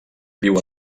viu